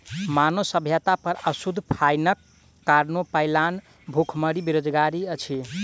मानव सभ्यता पर अशुद्ध पाइनक कारणेँ पलायन, भुखमरी, बेरोजगारी अछि